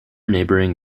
neighbouring